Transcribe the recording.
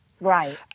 Right